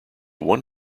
one